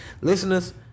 Listeners